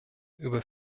über